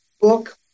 book